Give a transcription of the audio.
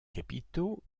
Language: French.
capitaux